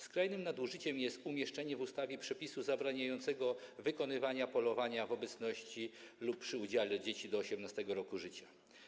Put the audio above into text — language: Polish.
Skrajnym nadużyciem jest umieszczenie w ustawie przepisu zabraniającego wykonywania polowania w obecności lub przy udziale dzieci do 18. roku życia.